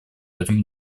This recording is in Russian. этому